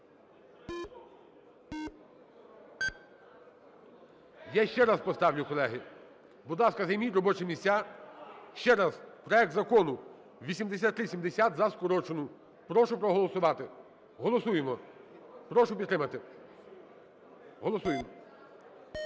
Я ще раз поставлю, колеги. Будь ласка, займіть робочі місця. Ще раз, проект Закону 8370 за скорочену, прошу проголосувати. Голосуємо. Прошу підтримати. Голосуємо.